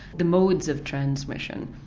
the modes of transmission,